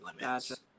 limits